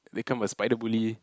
become a spider bully